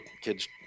kids